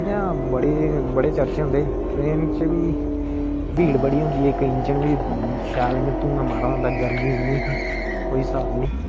इयां बडे़ चर्चे होंदे ट्रेन च बी भीड़ बड़ी होंदी ऐ इक इंजन बी काला धूआं मारा दा होंदा गर्मी इन्नी ही कोई हिसाब नेईं